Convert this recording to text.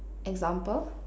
example